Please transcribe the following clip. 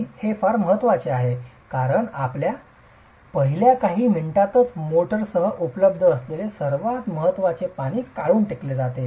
आणि हे फार महत्वाचे आहे कारण पहिल्या काही मिनिटांतच मोर्टारसह उपलब्ध असलेले सर्वात महत्वाचे पाणी काढून टाकले जाते